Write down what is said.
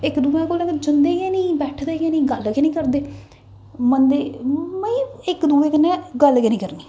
इक दुए दे कोल कदें जंदे गै निं बैठदे गै निं मतलब इक दुए कन्नै गल्ल गै निं करदे मनदे मतलब कि इक दुए कन्नै गल्ल गै निं करनी